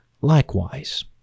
likewise